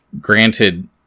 granted